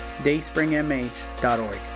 dayspringmh.org